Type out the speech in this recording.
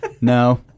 No